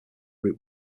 root